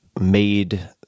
made